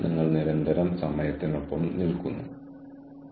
നമ്മൾ എങ്ങനെ കാര്യങ്ങൾ ചെയ്തുവെന്ന് നമ്മൾ പങ്കിടുന്നില്ല